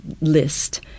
list